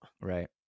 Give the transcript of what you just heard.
Right